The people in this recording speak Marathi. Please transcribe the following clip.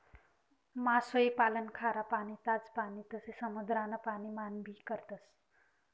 मासोई पालन खारा पाणी, ताज पाणी तसे समुद्रान पाणी मान भी करतस